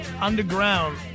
underground